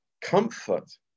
comfort